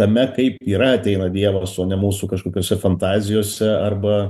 tame kaip yra ateina dievas o ne mūsų kažkokiose fantazijose arba